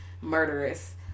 murderous